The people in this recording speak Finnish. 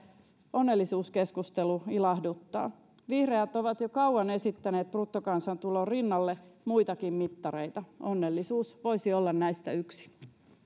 onnellisuuskeskustelu ilahduttaa vihreät ovat jo kauan esittäneet bruttokansantulon rinnalle muitakin mittareita onnellisuus voisi olla näistä yksi